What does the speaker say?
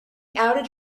outed